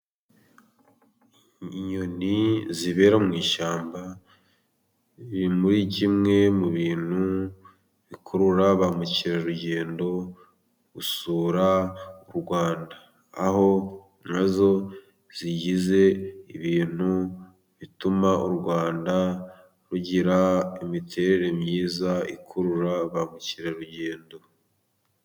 Inyoni zibera mu ishyamba, ziri muri kimwe mu bintu bikurura ba mukerarugendo, gusura u Rwanda. Aho nazo zigize ibintu bituma u Rwanda rugira imiterere myiza ikurura ba mukerarugendo.